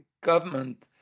government